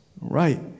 right